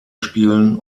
spielen